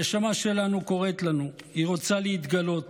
הנשמה שלנו קוראת לנו, היא רוצה להתגלות.